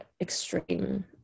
extreme